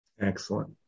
Excellent